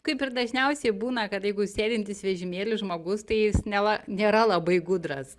kaip ir dažniausiai būna kad jeigu sėdintis vežimėly žmogus tai jis neva nėra labai gudras